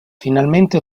finalmente